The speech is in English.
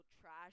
trash